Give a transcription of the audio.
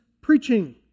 preaching